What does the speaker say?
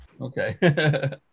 Okay